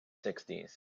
sixties